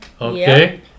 Okay